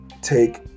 take